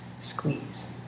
Squeeze